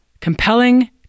compelling